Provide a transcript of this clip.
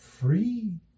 Free